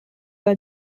are